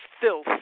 filth